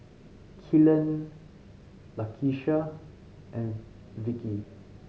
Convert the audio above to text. Kellan Lakesha and Vickey